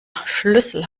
schlüssel